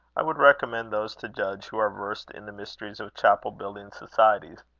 i would recommend those to judge who are versed in the mysteries of chapel-building societies.